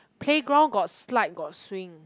playground got slide got swing